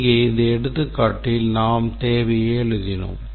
இங்கே இந்த எடுத்துக்காட்டில் நாம் தேவையை எழுதினோம்